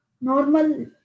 normal